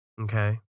Okay